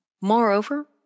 Moreover